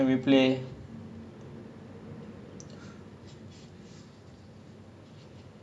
oh ya ya ya I mean I didn't get cold war because most of my friends if they want to play with me they can just go to modern warfare lah